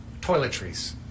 toiletries